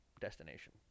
destination